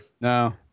No